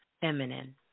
feminine